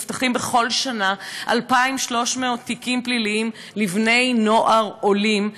נפתחים בכל שנה 2,300 תיקים פליליים לבני-נוער עולים,